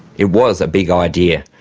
it was a big idea.